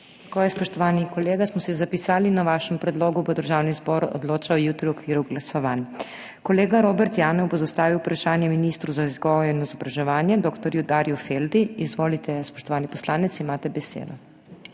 Tako je, spoštovani kolega, smo si zapisali. O vašem predlogu bo Državni zbor odločal jutri v okviru glasovanj. Kolega Robert Janev bo zastavil vprašanje ministru za vzgojo in izobraževanje dr. Darju Feldi. Izvolite, spoštovani poslanec, imate besedo.